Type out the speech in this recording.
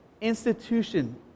institution